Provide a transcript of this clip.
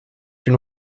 une